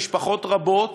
במשפחות רבות,